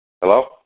Hello